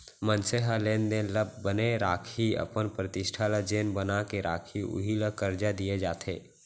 मनसे ह लेन देन ल बने राखही, अपन प्रतिष्ठा ल जेन बना के राखही उही ल करजा दिये जाथे